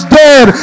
dead